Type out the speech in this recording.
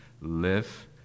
live